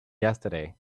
yesterday